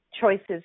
choices